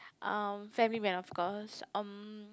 um family man of course um